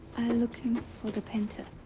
looking for the painter.